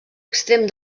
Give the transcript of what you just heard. extrem